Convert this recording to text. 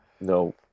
no